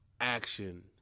action